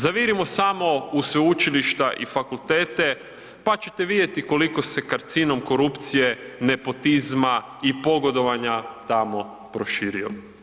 Zavirimo samo u sveučilišta i fakultete pa ćete vidjeti koliko se karcinom korupcije, nepotizma i pogodovanja tamo proširio.